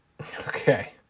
Okay